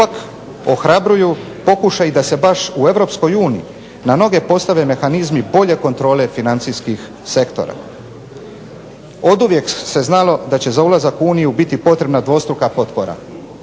Ipak ohrabruju pokušaji da se baš u Europskoj uniji na noge postave mehanizmi bolje kontrole financijskih sektora. Oduvijek se znalo da će za ulazak u Uniju biti potrebna dvostruka potpora